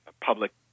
public